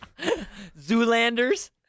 Zoolanders